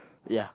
ya